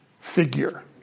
figure